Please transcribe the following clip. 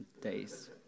days